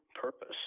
purpose